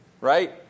Right